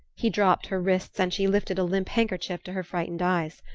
he dropped her wrist and she lifted a limp handkerchief to her frightened eyes.